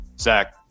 Zach